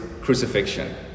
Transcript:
crucifixion